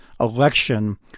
Election